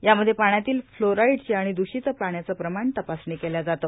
यामध्ये पाण्यातील फ्लोराईडचे आणि द्रषित पाण्याचं प्रमाण तपासणी केल्या जाते